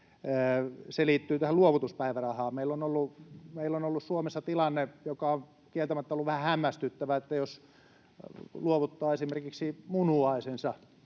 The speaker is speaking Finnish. se liittyy tähän luovutuspäivärahaan. Meillä on ollut Suomessa tilanne, joka kieltämättä on ollut vähän hämmästyttävä, että jos luovuttaa esimerkiksi munuaisensa